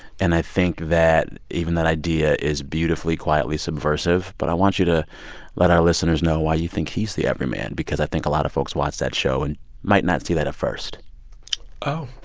and i think that even that idea is beautifully, quietly subversive. but i want you to let our listeners know why you think he's the everyman because, i think, a lot of folks watch that show and might not see that at first oh.